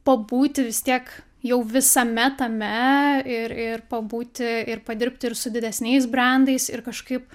pabūti vis tiek jau visame tame ir ir pabūti ir padirbt ir su didesniais brendais ir kažkaip